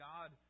God